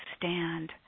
Stand